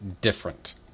different